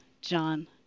John